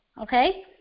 Okay